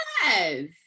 Yes